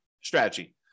strategy